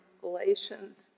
Galatians